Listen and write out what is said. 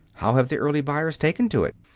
how have the early buyers taken to it?